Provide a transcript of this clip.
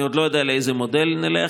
אני עוד לא יודע על איזה מודל נלך,